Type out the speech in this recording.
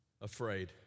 Afraid